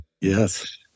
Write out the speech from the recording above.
Yes